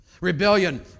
Rebellion